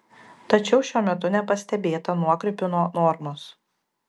tačiau šiuo metu nepastebėta nuokrypių nuo normos